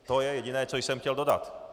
To je jediné, co jsem chtěl dodat.